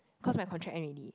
cause my contract end already